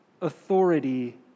authority